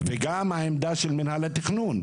על העמדה של מינהל התכנון.